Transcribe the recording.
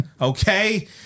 Okay